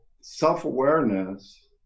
self-awareness